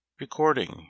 Recording